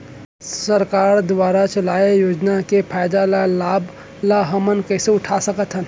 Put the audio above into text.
सरकार दुवारा चलाये योजना के फायदा ल लाभ ल हमन कइसे उठा सकथन?